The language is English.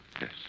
Yes